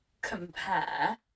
compare